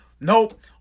Nope